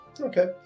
Okay